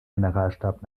generalstab